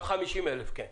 גם 50,000, כן.